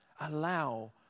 allow